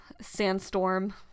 Sandstorm